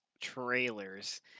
trailers